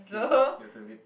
K your turn babe